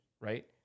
right